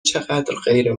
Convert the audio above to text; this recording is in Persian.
چقدرغیر